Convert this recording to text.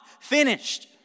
finished